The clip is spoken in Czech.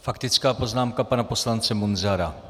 Faktická poznámka pana poslance Munzara.